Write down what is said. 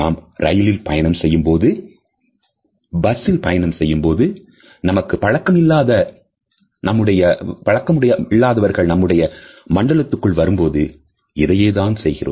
நாம் ரயிலில் பயணம் செய்யும்போது பஸ்ஸில் பயணம் செய்யும் போது நமக்கு பழக்கம் இல்லாதவர் நம்முடைய மண்டலத்துக்குள் வரும்பொழுது இதையேதான் செய்கிறோம்